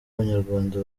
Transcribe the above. abanyarwanda